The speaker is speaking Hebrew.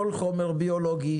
כל חומר ביולוגי,